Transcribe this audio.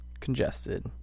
congested